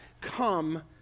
come